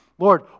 Lord